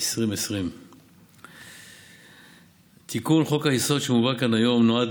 לשנת 2020). תיקון חוק-היסוד שהובא כאן היום נועד